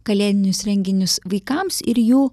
kalėdinius renginius vaikams ir jų